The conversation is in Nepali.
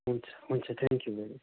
हुन्छ हुन्छ थ्याङ्कयू भेरी